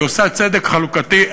היא עושה צדק חלוקתי,